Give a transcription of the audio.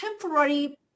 temporary